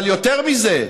אבל יותר מזה,